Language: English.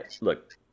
Look